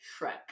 Shrek